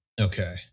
Okay